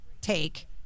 take